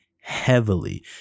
heavily